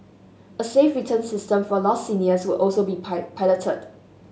a safe return system for lost seniors will also be piloted